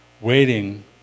waiting